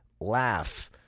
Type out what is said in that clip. laugh